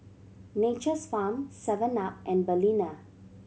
Nature's Farm seven Up and Balina